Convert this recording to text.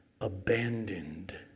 abandoned